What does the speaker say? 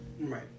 right